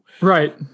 Right